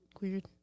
Weird